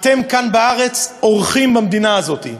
אתם כאן בארץ, אורחים במדינה הזאת.